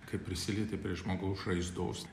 kai prisilieti prie žmogaus žaizdos